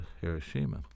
Hiroshima